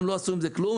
לא עשו עם זה דבר.